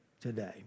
today